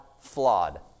flawed